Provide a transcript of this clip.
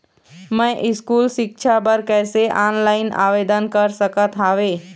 मैं स्कूल सिक्छा बर कैसे ऑनलाइन आवेदन कर सकत हावे?